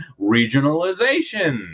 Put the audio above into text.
regionalization